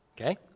Okay